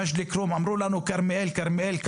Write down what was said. לגבי מג'ד אל-כרום אמרו לנו שכרמיאל קרובה,